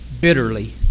bitterly